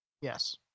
Yes